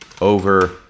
over